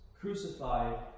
crucified